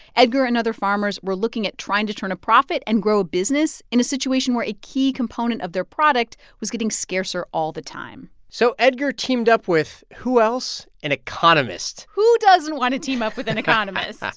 edgar and other farmers were looking at trying to turn a profit and grow a business in a situation where a key component of their product was getting scarcer all the time so edgar teamed up with who else? an economist who doesn't want to team up with an economist?